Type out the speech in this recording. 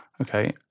Okay